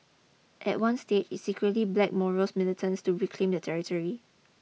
at one stage it secretly blacked Moro militants to reclaim the territory